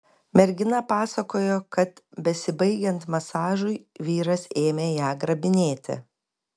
mergina pasakojo kad besibaigiant masažui vyras ėmė ją grabinėti